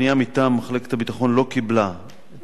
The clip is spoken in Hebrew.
הפנייה מטעם מחלקת הביטחון לא קיבלה את